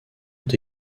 ont